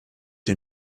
die